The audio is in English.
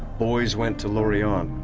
boys went to lorient.